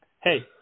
Hey